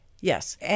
Yes